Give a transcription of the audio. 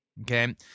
Okay